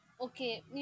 okay